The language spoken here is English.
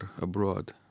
abroad